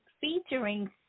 Featuring